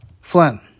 Flynn